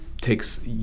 takes